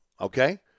okay